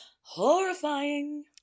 Horrifying